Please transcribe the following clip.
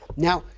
now,